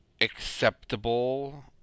acceptable